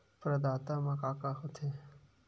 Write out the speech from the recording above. प्रदाता मा का का हो थे?